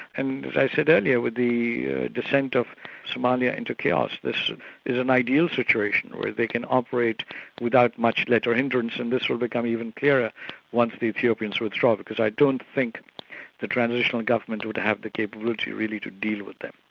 and as i said earlier, with the descent of somalia into chaos, this is an ideal situation where they can operate without much let or hindrance and this will become even clearer once the ethiopians withdraw, because i don't think the transitional government would have the capability really to deal with them.